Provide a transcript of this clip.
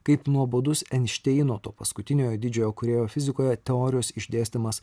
kaip nuobodus einšteino to paskutiniojo didžiojo kūrėjo fizikoje teorijos išdėstymas